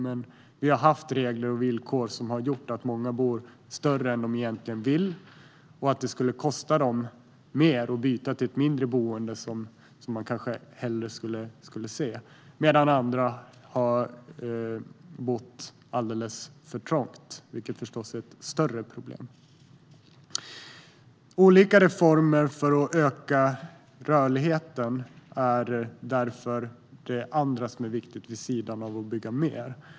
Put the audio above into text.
Men vi har haft regler och villkor som har gjort att många bor större än de egentligen vill, eftersom det skulle kosta dem mer att byta till ett mindre boende som de kanske hellre skulle vilja ha. Och det finns andra som har det alldeles för trångbott, vilket förstås är ett större problem. Olika reformer för att öka rörligheten är därför en annan sak som är viktig vid sidan av att bygga mer.